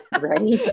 Right